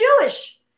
Jewish